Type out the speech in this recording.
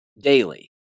Daily